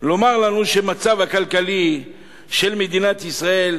לנו לשמוע שהמצב הכלכלי של במדינת ישראל